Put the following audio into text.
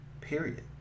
period